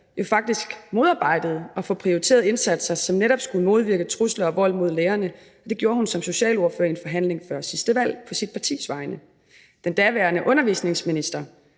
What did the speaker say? jo faktisk modarbejdede at få prioriteret indsatser, som netop skulle modvirke trusler og vold mod lærerne. Og det gjorde hun som socialordfører i en forhandling før sidste valg på sit partis vegne. Den daværende undervisningsminister